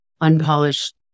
unpolished